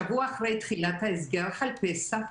שבוע אחרי תחילת ההסגר חל פסח.